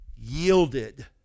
yielded